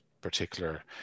particular